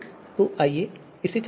तो आइए इसे चलाते हैं